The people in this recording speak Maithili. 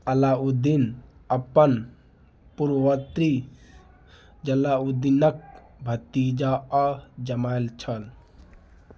अलाउद्दीन अपन पूर्ववर्ती जलाउद्दीनक भतीजा आ जमाय छल